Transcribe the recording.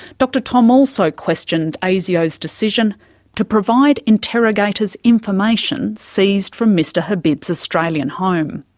dr thom also questioned asio's decision to provide interrogators information seized from mr habib's australian home.